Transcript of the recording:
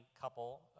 couple